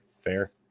Fair